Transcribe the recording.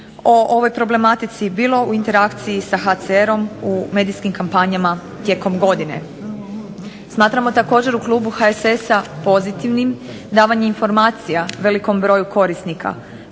o ovoj problematici, bilo u interakciji sa HCR-om u medijskim kampanjama tijekom godine. Smatramo također u klubu HSS-a pozitivnim davanjem informacija velikom broju korisnika.